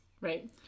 right